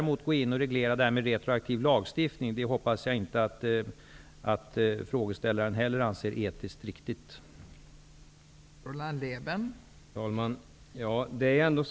Jag hoppas att inte heller frågeställaren anser det vara etiskt riktigt att gå in och reglera detta med retroaktiv lagstiftning.